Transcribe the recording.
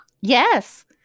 Yes